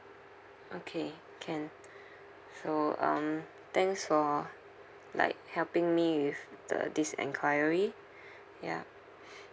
okay can so um thanks for like helping me with the this enquiry ya